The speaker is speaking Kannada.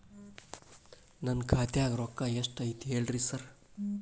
ನನ್ ಖಾತ್ಯಾಗ ರೊಕ್ಕಾ ಎಷ್ಟ್ ಐತಿ ಹೇಳ್ರಿ ಸಾರ್?